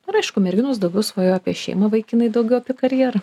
ir aišku merginos daugiau svajoja apie šeimą vaikinai daugiau apie karjerą